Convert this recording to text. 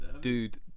dude